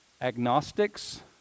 agnostics